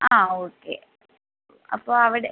ആ ഓക്കെ അപ്പോൾ അവിടെ